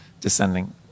descending